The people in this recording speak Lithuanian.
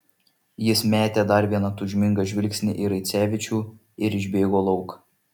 jis metė dar vieną tūžmingą žvilgsnį į raicevičių ir išbėgo lauk